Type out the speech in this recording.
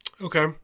Okay